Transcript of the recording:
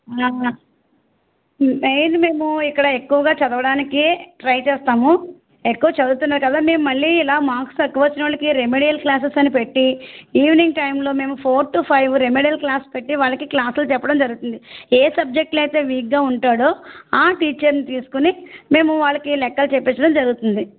main మేము ఇక్కడ ఎక్కువగా చదవడానికే ట్రై చేస్తాము ఎక్కువ చదువుతున్నాడు కదా మేము మళ్ళీ ఇలా మార్క్స్ తక్కువ వచ్చిన వాళ్ళకి రెమెడియల్ క్లాస్సేస్ అని పెట్టి ఈవెనింగ్ టైంలో మేము four to five remedial class పెట్టి వాళ్ళకి క్లాసులు చెప్పడం జరుగుతుంది ఏ సబ్జెక్ట్లో అయితే వీక్గా ఉంటాడో ఆ టీచర్ని తీసుకుని మేము వాళ్ళకి లెక్కలు చెప్పించడం జరుగుతుంది